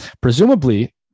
Presumably